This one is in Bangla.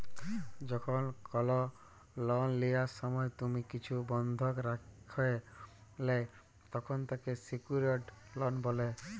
যখল কল লন লিয়ার সময় তুমি কিছু বনধক রাখে ল্যয় তখল তাকে স্যিক্যুরড লন বলে